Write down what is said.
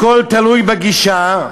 הכול תלוי בגישה.